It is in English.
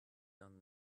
done